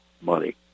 money